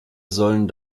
sollen